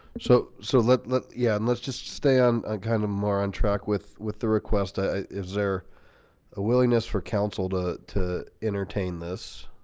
so so let let yeah and let's just stay on ah kind of more on track with with the request, is there a willingness for council to to entertain this